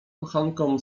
kochankom